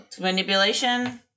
Manipulation